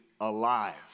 alive